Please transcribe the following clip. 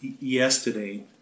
yesterday